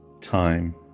time